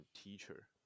teacher